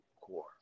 core